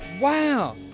Wow